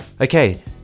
Okay